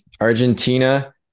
Argentina